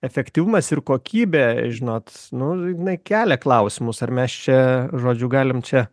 efektyvumas ir kokybė žinot nu jinai kelia klausimus ar mes čia žodžiu galim čia